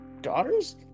daughters